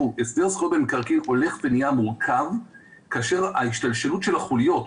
הסדר זכויות במקרקעין הולך ונהיה מורכב כאשר השתלשלות החוליות,